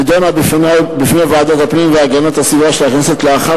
נדונה בוועדת הפנים והגנת הסביבה של הכנסת לאחר